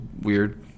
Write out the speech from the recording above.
weird